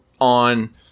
on